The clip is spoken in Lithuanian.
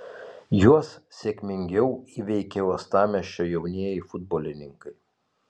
juos sėkmingiau įveikė uostamiesčio jaunieji futbolininkai